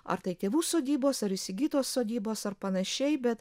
ar tai tėvų sodybos ar įsigytos sodybos ar panašiai bet